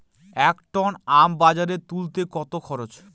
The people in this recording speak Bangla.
এক টন আম বাজারে তুলতে কত খরচ?